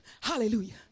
Hallelujah